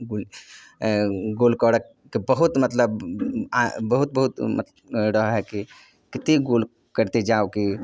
गोल करऽ के बहुत मतलब आ बहुत बहुत रहए कि कि कतेक गोल करिते जाउ कि